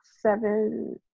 seven